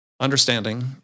Understanding